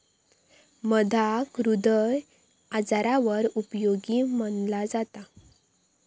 मधाक हृदय आजारांवर उपयोगी मनाला जाता